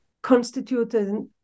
constituted